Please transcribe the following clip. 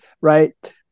right